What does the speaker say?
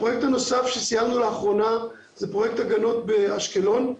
הפרויקט הנוסף שסיימנו לאחרונה זה פרויקט הגנות באשקלון,